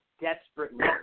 desperately